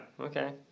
okay